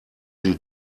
sie